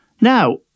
Now